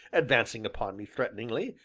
advancing upon me threateningly,